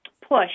push